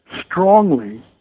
strongly